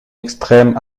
extrême